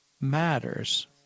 matters